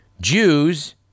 Jews